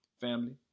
Family